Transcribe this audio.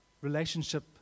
relationship